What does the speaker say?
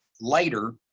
later